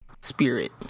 spirit